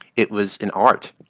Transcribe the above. it was an art.